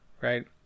right